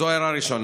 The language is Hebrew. זו הערה ראשונה.